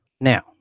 Now